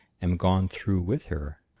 am gone through with her.